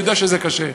אני יודע שזה קשה,